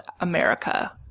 America